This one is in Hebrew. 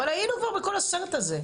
אבל היינו כבר בכל הסרט הזה,